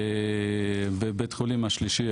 ובית החולים השלישי,